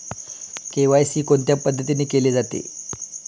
KYC कोणत्या पद्धतीने केले जाते?